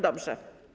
Dobrze.